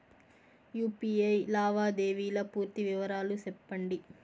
UPI లావాదేవీల పూర్తి వివరాలు సెప్పండి?